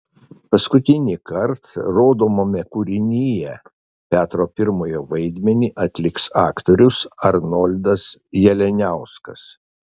paskutinįkart rodomame kūrinyje petro pirmojo vaidmenį atliks aktorius arnoldas jalianiauskas